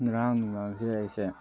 ꯉꯔꯥꯡ ꯅꯨꯡꯗꯥꯡꯁꯦ ꯑꯩꯁꯦ